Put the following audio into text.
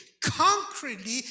concretely